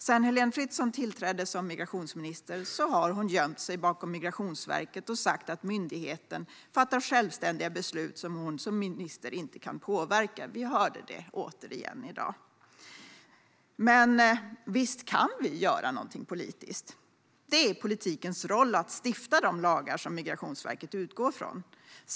Sedan Heléne Fritzon tillträdde som migrationsminister har hon gömt sig bakom Migrationsverket och sagt att myndigheten fattar självständiga beslut som hon som minister inte kan påverka. Vi hörde detta återigen i dag. Men vi kan visst göra något politiskt. Det är politikens roll att stifta de lagar som Migrationsverket utgår ifrån.